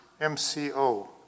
MCO